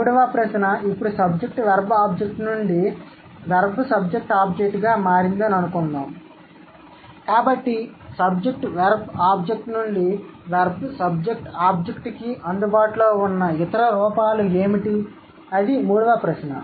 మూడవ ప్రశ్న ఇప్పుడు SVO నుండి VSO గా మారిందని అనుకుందాం కాబట్టి SVO నుండి VSO కి అందుబాటులో ఉన్న ఇతర రూపాలు ఏమిటి అది మూడవ ప్రశ్న